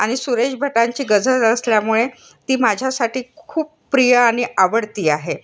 आणि सुरेश भटांची गझल असल्यामुळे ती माझ्यासाठी खूप प्रिय आणि आवडती आहे